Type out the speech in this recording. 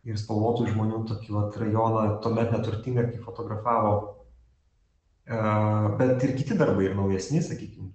ir spalvotų žmonių tokį vat rajoną tuomet neturtingą kai fotografavo a bet ir kiti darbai naujesni sakykim